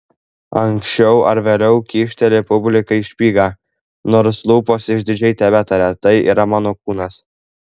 anksčiau ar vėliau kyšteli publikai špygą nors lūpos išdidžiai tebetaria tai yra mano kūnas